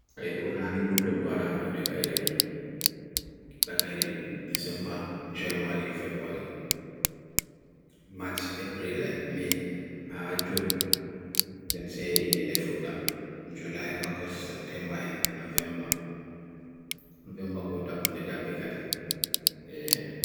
Ayipur nani kudum dwada hado de gairing Daka gairing December, January, February March, April and May, June Den se yi ene futda July, August, September n November November punta punta dapikadi